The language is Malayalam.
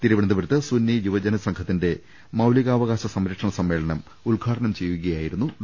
തിരുവനന്തപുരത്ത് സുന്നി യുവജനസംഘ ത്തിന്റെ മൌലികാവകാശ സംരക്ഷണ സമ്മേളനം ഉദ്ഘാ ടനം ചെയ്യുകയായിരുന്നു ഡോ